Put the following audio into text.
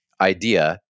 idea